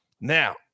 Now